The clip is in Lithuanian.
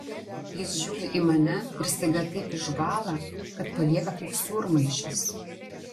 jis žiūri į mane ir staiga taip išbąla kad palieka kaip sūrmaišis